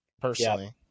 personally